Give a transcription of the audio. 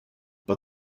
but